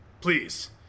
Please